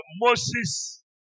Moses